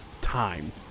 time